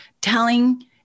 telling